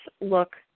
look